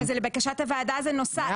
אבל זה לבקשת הוועדה זה נוסף.